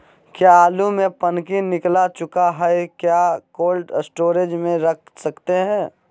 क्या आलु में पनकी निकला चुका हा क्या कोल्ड स्टोरेज में रख सकते हैं?